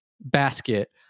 basket